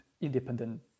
independent